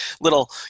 little